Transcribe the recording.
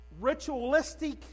ritualistic